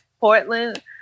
portland